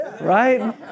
Right